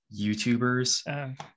youtubers